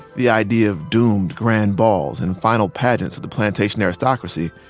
the idea of doomed grand balls and final pageants of the plantation aristocracy,